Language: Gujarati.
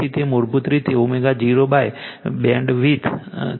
તેથી તે મૂળભૂત રીતે ω0 BW બેન્ડવિડ્થ છે